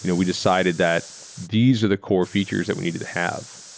you know we decided that these are the core features that we needed have,